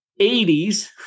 80s